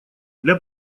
для